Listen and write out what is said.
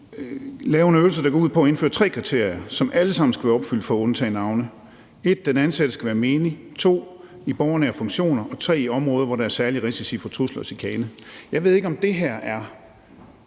lave en øvelse, der går ud på at indføre tre kriterier, som alle sammen skal være opfyldt for at undtage navne: 1) Den ansatte skal være menig, 2) det skal være i borgernære funktioner, og 3) det skal være på områder, hvor der er særlige risici for trusler og chikane. Jeg ved ikke, om det her er